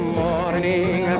morning